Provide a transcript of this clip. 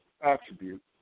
attribute